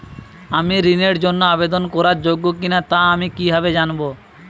আমি ঋণের জন্য আবেদন করার যোগ্য কিনা তা আমি কীভাবে জানব?